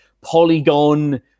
polygon